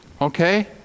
Okay